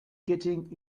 getting